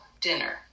dinner